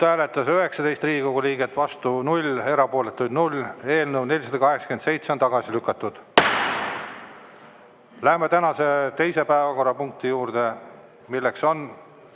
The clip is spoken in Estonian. hääletas 19 Riigikogu liiget, vastu on 0, erapooletuid 0. Eelnõu 487 on tagasi lükatud. Läheme tänase teise päevakorrapunkti juurde, milleks on